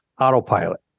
autopilot